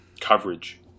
coverage